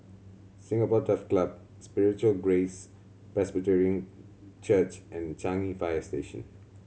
Singapore Turf Club Spiritual Grace Presbyterian Church and Changi Fire Station